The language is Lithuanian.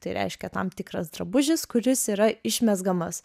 tai reiškia tam tikras drabužis kuris yra išmezgamas